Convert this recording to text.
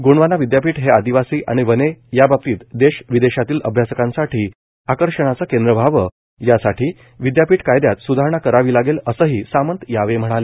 गोंडवाना विद्यापीठ हे आदिवासी आणि वने याबाबतीत देश विदेशातील अभ्यासकांसाठी आकर्षणाचे केंद्र व्हावे यासाठी विद्यापीठ कायद्यात सुधारणा करावी लागेल असेही सामंत म्हणाले